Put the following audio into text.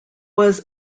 was